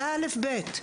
זה א-ב.